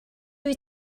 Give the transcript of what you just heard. wyt